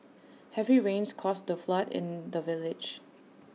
heavy rains caused A flood in the village